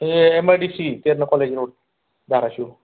हे M I D C general college road Dharashiv